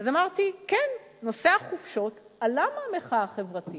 אמרתי: כן, נושא החופשות עלה מהמחאה החברתית.